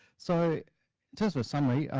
so just for summary,